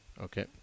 Okay